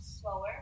slower